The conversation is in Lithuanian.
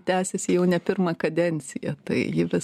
tęsiasi jau ne pirmą kadenciją tai ji vis